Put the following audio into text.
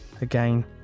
Again